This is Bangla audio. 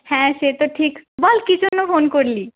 হ্যাঁ সে তো ঠিক বল কি জন্য ফোন করলি